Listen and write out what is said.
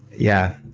yeah.